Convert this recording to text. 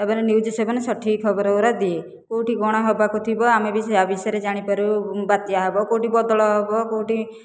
ତାପରେ News Seven ସଠିକ ଖବର ଗୁଡ଼ା ଦିଏ କେଉଁଠି କ'ଣ ହେବାକୁ ଥିବ ଆମେ ବି ତା'ବିଷୟରେ ଜାଣିପାରୁ ବାତ୍ୟା ହେବ କେଉଁଠି ବଦଳ ହେବ କେଉଁଠି